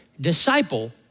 Disciple